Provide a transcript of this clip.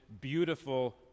beautiful